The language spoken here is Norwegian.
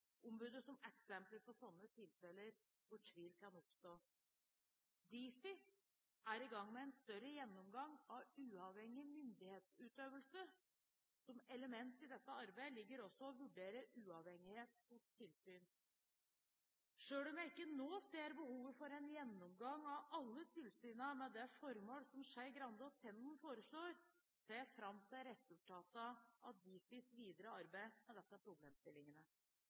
som eksempler på tilfeller hvor slik tvil kan oppstå. Difi er i gang med en større gjennomgang av uavhengig myndighetsutøvelse. Som element i dette arbeidet ligger også å vurdere uavhengighet hos tilsyn. Selv om jeg ikke nå ser behovet for en gjennomgang av alle tilsynene med det formålet som Skei Grande og Tenden foreslår, ser jeg fram til resultatene av Difis videre arbeid med disse problemstillingene.